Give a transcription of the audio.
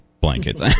blanket